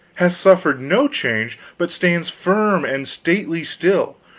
hath suffered no change, but stands firm and stately still,